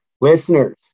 Listeners